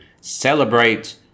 celebrate